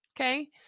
okay